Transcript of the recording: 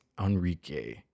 Enrique